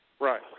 Right